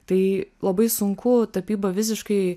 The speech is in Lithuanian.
tai labai sunku tapybą visiškai